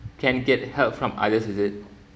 can get help from others is it